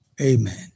Amen